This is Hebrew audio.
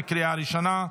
לקריאה הראשונה.